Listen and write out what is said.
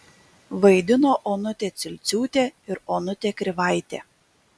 vaidino onutė cilciūtė ir onutė krivaitė